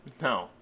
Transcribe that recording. No